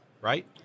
right